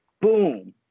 boom